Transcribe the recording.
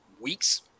weeks